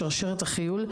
שרשרת החיול,